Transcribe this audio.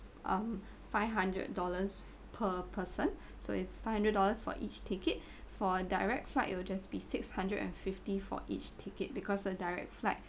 um five hundred dollars per person so it's five hundred dollars for each ticket for direct flight it will just be six hundred and fifty for each ticket because a direct flight